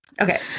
okay